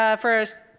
ah first